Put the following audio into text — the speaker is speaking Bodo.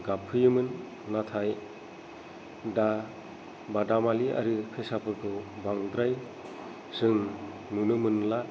गाबफैयोमोन नाथाय दा बादालि आरो फेसाफोरखौ बांद्राय जों नुनो मोनला